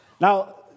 Now